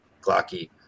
Glocky